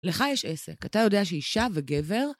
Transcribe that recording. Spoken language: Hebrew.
לך יש עסק, אתה יודע שאישה וגבר?